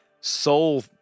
soul